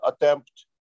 attempt